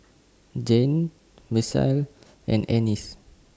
Jeane Misael and Ennis